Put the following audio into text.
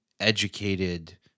educated